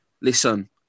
listen